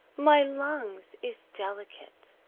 my lungs is delicate.